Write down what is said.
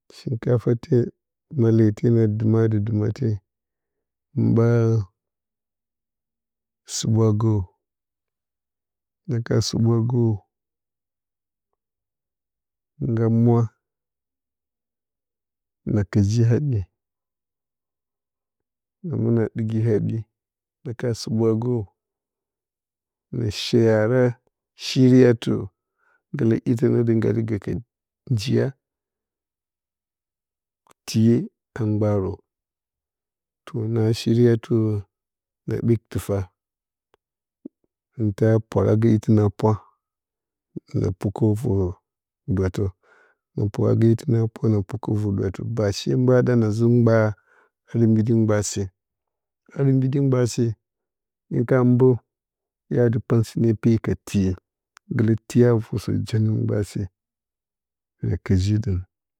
Shinkafate malerite na dɨmadə dəmate hɨm ɓa sooɓwa gərə hɨn ka sooɓwa gərə ngga mwa na kəgi haɓye na mɨna ɗɨ ye haɓye hɨn ka sooɓwa gərə na shara shiriyatərə gəkələ itə nə də ngga də gə ke njiya tiye a ɓarə toh na shiriyatərə na ɗɨk tɨfa hɨn ta pwara gə itɨnə a pwa na pukə vər dwatə na pwara gə itɨnə a pwa na pukə vər dwatə ba she na ɗa na zə ɓa anə mbiɗi ɓa se a mbiɗi ɓase ya dɨ pau se ne peyi ka tiye gələ tiya a vər sən jəngə ɓase na kəjidən